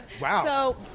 Wow